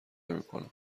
نمیکنم